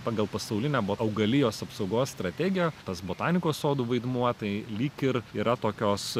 pagal pasaulinę augalijos apsaugos strategiją tas botanikos sodų vaidmuo tai lyg ir yra tokios